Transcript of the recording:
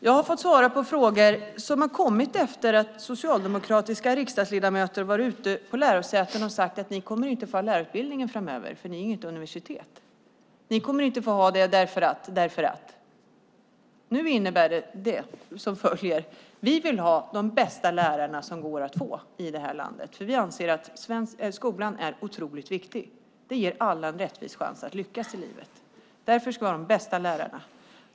Jag har fått svara på frågor efter att socialdemokratiska riksdagsledamöter varit ute vid lärosätena och sagt: Ni kommer inte att få ha lärarutbildning i framtiden eftersom ni inte är universitet. Ni kommer inte att få ha det därför att . därför att . Vi vill ha de bästa lärare som går att få i det här landet, för vi anser att skolan är oerhört viktig. Det ger alla en rättvis chans att lyckas i livet. Därför ska vi ha de bästa lärarna.